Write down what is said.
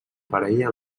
parella